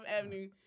Avenue